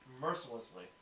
mercilessly